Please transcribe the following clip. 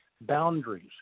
boundaries